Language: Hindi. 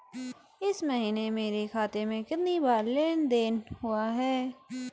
इस महीने मेरे खाते में कितनी बार लेन लेन देन हुआ है?